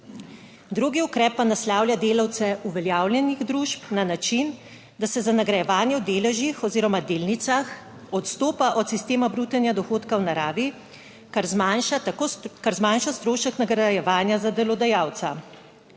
drugi ukrep pa naslavlja delavce uveljavljenih družb na način, da se za nagrajevanje v deležih oziroma delnicah odstopa od sistema brutenja dohodka v naravi, kar zmanjša tako kar zmanjša strošek nagrajevanja za delodajalca.